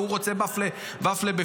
ההוא רוצה בפלה בפנים,